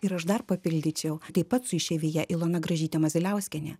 ir aš dar papildyčiau taip pat su išeivija ilona gražytė maziliauskienė